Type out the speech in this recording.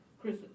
Chris